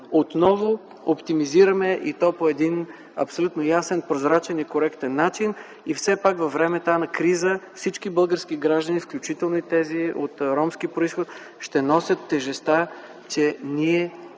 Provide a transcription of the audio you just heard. отново оптимизираме, и то по абсолютно ясен, прозрачен и коректен начин. Във време на криза всички български граждани, включително и тези от ромски произход, ще носят тежестта, така че ние